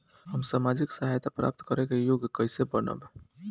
हम सामाजिक सहायता प्राप्त करे के योग्य कइसे बनब?